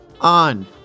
on